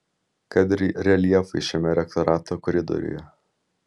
kad ir reljefai šiame rektorato koridoriuje